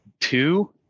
two